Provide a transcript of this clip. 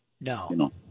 no